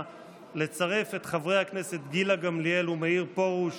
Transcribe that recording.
לצרף את חברי הכנסת גילה גמליאל ומאיר פרוש